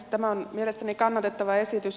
tämä on mielestäni kannatettava esitys